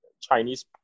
Chinese